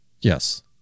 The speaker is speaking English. Yes